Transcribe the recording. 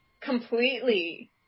completely